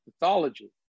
pathology